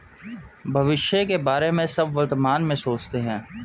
भविष्य के बारे में सब वर्तमान में सोचते हैं